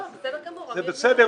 זה בסדר.